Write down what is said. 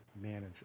manager